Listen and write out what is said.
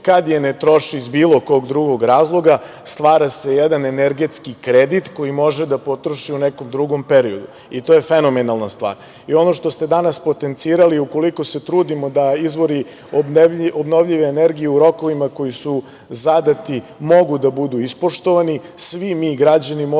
Kad je ne troši iz bilo kog drugog razloga stvara se jedan energetski kredit koji može da potroši u nekom drugom periodu i to je fenomenalna stvar. Ono što ste i danas potencirali, ukoliko se trudimo da izvori obnovljive energije u rokovima koji su zadati mogu da budu ispoštovani, svi mi građani moramo